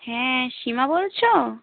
হ্যাঁ সীমা বলছ